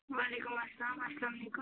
وعلیکُم سلام اسلام علیکُم